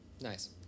Nice